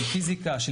פיזיקה,